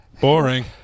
Boring